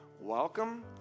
welcome